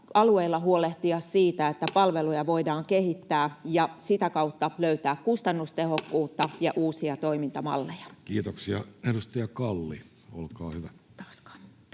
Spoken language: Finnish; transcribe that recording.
alueilla huolehtia siitä, että palveluja voidaan kehittää ja sitä kautta löytää kustannustehokkuutta ja uusia toimintamalleja. Kiitoksia. — Edustaja Kalli, olkaa hyvä.